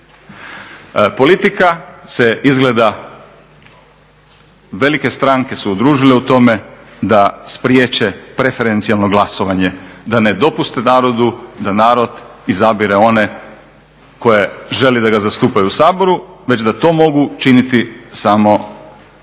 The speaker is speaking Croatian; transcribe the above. Politika se izgleda velike stranke se udružile u tome da spriječe preferencijalno glasovanje, da ne dopuste narodu da narod izabire one koje želi da ga zastupaju u Saboru već da to mogu činiti samo šefovi